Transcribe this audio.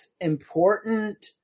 important